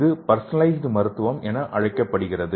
இது பர்சனலைசுடு மருத்துவம் என்று அழைக்கப்படுகிறது